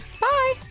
bye